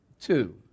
two